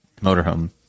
motorhome